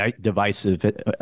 divisive